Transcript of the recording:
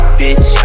bitch